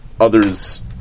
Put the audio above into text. others